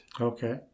Okay